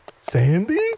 Sandy